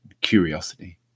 curiosity